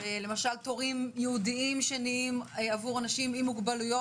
למשל תורים ייעודיים שנהיים עבור אנשים עם מוגבלויות,